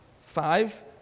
Five